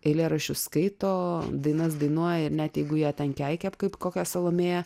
eilėraščius skaito dainas dainuoja ir net jeigu ją ten keikia kaip kokią salomėją